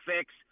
fix